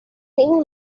این